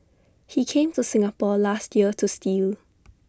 he came to Singapore last year to steal